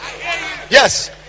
Yes